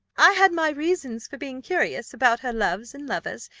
i had my reasons for being curious about her loves and lovers,